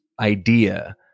idea